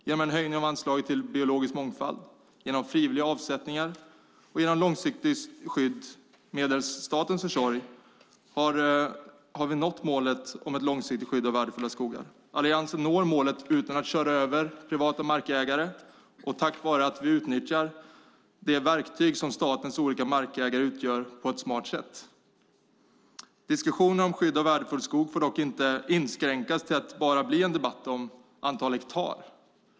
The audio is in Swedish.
Genom en höjning av anslaget för biologisk mångfald, genom frivilliga avsättningar och genom långsiktigt skydd genom staten, nås delmålet om långsiktigt skydd av skogsmark. Alliansen når målet utan att köra över privata markägare, och det är tack vare att vi använder de verktyg som statens olika markägare utgör på ett smart sätt. Diskussionen om skydd av värdefull skog får dock inte inskränkas till att bli en debatt om antal hektar.